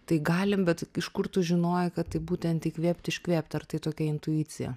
tai galim bet iš kur tu žinojai kad tai būtent įkvėpt iškvėpt ar tai tokia intuicija